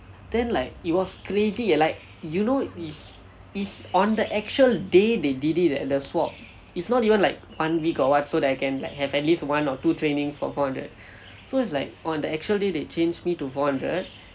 then like it was crazy like you know is is on the actual day they did it eh the swap it's not even like one week or what so that I can like have at least one or two trainings for four hundred so it's like on the actually they changed me to four hundred